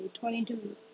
twenty-two